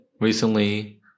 recently